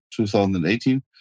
2018